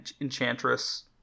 Enchantress